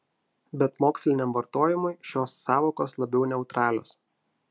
bet moksliniam vartojimui šios sąvokos labiau neutralios